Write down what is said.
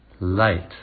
light